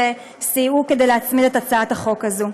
שסייעו כדי להצמיד את הצעת החוק הזאת.